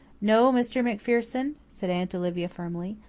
no, mr. macpherson, said aunt olivia firmly,